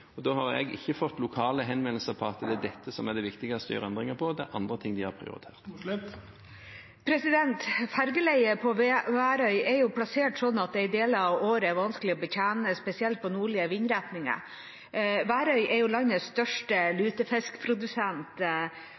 har ikke fått lokale henvendelser om at det er dette som er det viktigste å gjøre endringer i – det er andre ting de har prioritert. Ferjeleiet på Værøy er plassert sånn at det deler av året er vanskelig å betjene, spesielt med nordlige vindretninger. Værøy er landets største lutefiskprodusent,